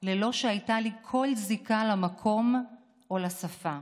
בלא שהייתה לי כל זיקה למקום או לשפה.